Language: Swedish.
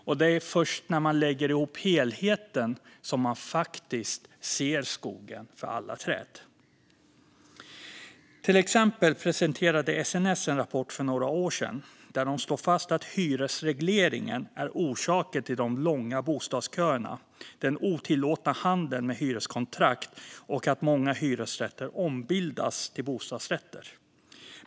Men det är först när man lägger ihop helheten som man faktiskt ser skogen för alla träd. Till exempel presenterade SNS en rapport för några år sedan där de slår fast att hyresregleringen är orsaken till de långa bostadsköerna, den otillåtna handeln med hyreskontrakt och att många hyresrätter ombildas till bostadsrätter.